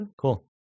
Cool